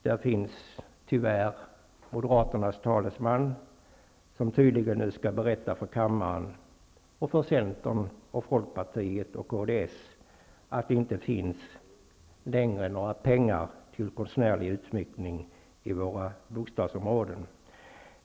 Där finns, tyvärr, Moderaternas talesman, som nu tydligen skall berätta för kammaren och för Centern, Folkpartiet och KDS att det inte längre finns några pengar till konstnärlig utsmyckning av våra bostadsområden.